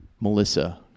Melissa